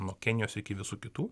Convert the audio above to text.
nuo kenijos iki visų kitų